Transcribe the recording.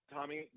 Tommy